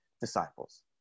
disciples